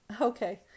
Okay